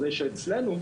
זה שאצלנו,